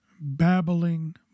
babbling